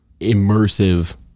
immersive